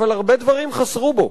אבל הרבה דברים חסרו בו.